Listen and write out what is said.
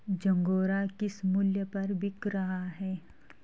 झंगोरा किस मूल्य पर बिक रहा है?